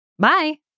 Bye